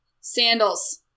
Sandals